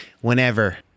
Whenever